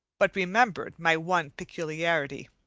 but remembered my one peculiarity.